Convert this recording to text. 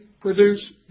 produce